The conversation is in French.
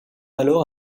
alors